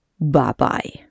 Bye-bye